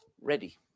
ready